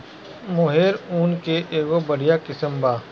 मोहेर ऊन के एगो बढ़िया किस्म बा